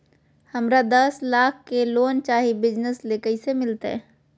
हमरा दस लाख के लोन चाही बिजनस ले, कैसे मिलते?